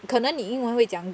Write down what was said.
可能你英文会讲